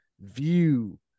view